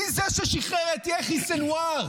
מי זה ששחרר את יחיא סנוואר?